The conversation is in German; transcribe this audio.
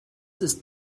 ist